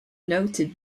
noted